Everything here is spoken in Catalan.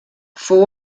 fou